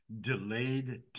delayed